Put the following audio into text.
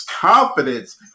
confidence